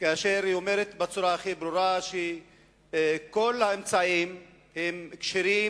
כאשר היא אומרת בצורה הכי ברורה שכל האמצעים כשרים